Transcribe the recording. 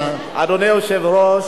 אדוני היושב-ראש,